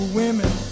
women